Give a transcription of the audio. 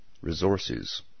Resources